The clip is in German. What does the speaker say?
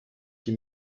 die